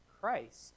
Christ